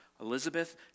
Elizabeth